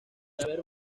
haber